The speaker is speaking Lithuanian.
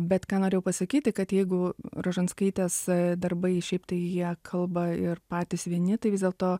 bet ką norėjau pasakyti kad jeigu rožanskaitės darbai šiaip tai jie kalba ir patys vieni tai vis dėlto